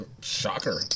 Shocker